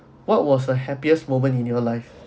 what was the happiest moment in your life